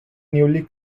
newly